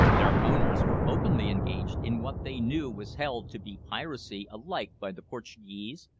their owners were openly engaged in what they knew was held to be piracy alike by the portuguese,